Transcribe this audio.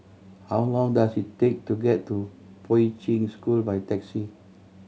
how long does it take to get to Poi Ching School by taxi